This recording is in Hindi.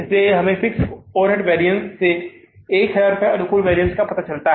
इसलिए यह हमें फिक्स्ड ओवरहेड वैरिअन्स से 1000 अनुकूल वैरिअन्स का पता चला है